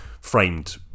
framed